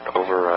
over